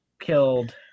killed